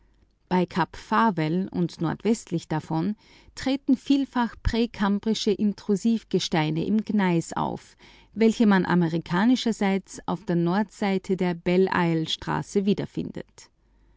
bei kap farvel und nordwestlich davon treten vielfach präkambrische intrusivgesteine im gneis auf welche man amerikanischerseits genau an der entsprechenden stelle nämlich auf der nordseite der belle islestraße wiederfindet